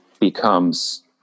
becomes